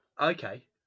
Okay